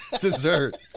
dessert